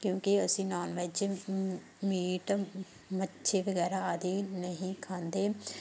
ਕਿਉਂਕਿ ਅਸੀਂ non veg ਮੀਟ ਮੱਛੀ ਵਗੈਰਾ ਆਦਿ ਨਹੀਂ ਖਾਂਦੇ